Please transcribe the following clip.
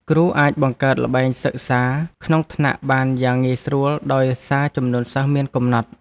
គ្រូអាចបង្កើតល្បែងសិក្សាក្នុងថ្នាក់បានយ៉ាងងាយស្រួលដោយសារចំនួនសិស្សមានកំណត់។